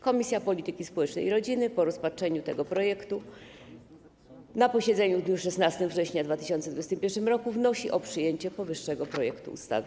Komisja Polityki Społecznej i Rodziny po rozpatrzeniu tego projektu na posiedzeniu w dniu 16 września 2021 r. wnosi o przyjęcie powyższego projektu ustawy.